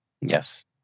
Yes